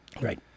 right